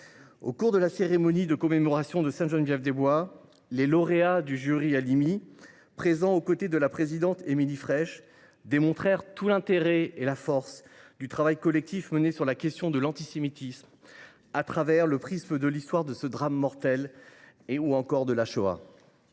Au cours de la cérémonie de commémoration de Sainte Geneviève des Bois, les lauréats du jury Halimi, présents aux côtés de la présidente Émilie Frèche, démontrèrent tout l’intérêt et la force du travail collectif mené sur la question de l’antisémitisme au travers du prisme de l’histoire de ce drame mortel ou encore de la Shoah.